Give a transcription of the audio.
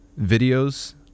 videos